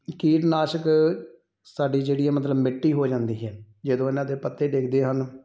ਕੀਟਨਾਸ਼ਕ ਸਾਡੀ ਜਿਹੜੀ ਮਤਲਬ ਮਿੱਟੀ ਹੋ ਜਾਂਦੀ ਹੈ ਜਦੋਂ ਇਹਨਾਂ ਦੇ ਪੱਤੇ ਡਿੱਗਦੇ ਹਨ